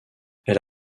elle